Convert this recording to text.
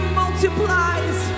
multiplies